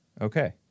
okay